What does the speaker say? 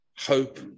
hope